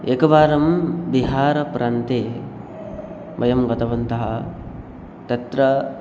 एकवारं बिहारप्रान्ते वयं गतवन्तः तत्र